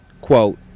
Quote